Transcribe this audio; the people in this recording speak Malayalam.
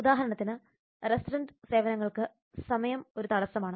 ഉദാഹരണത്തിന് റെസ്റ്റോറന്റ് സേവനങ്ങൾക്ക് സമയം ഒരു തടസ്സമാണ്